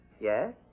Yes